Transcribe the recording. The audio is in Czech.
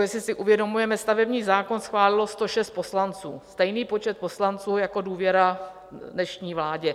jestli si uvědomujeme: stavební zákon schválilo 106 poslanců, stejný počet poslanců jako důvěru dnešní vládě.